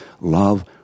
love